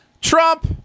Trump